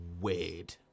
weird